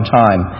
time